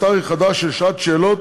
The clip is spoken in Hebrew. כהצבעה על הצעת חוק מסוימת,